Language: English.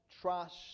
trust